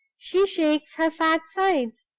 she shakes her fat sides,